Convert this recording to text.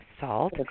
salt